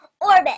orbit